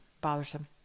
bothersome